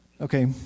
Okay